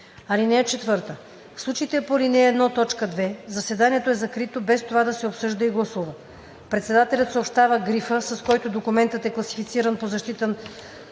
или открито. (4) В случаите по ал. 1, т. 2 заседанието е закрито, без това да се обсъжда и гласува. Председателят съобщава грифа, с който документът е класифициран по Закона